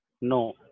No